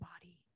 body